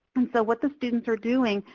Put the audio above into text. and so what the students are doing,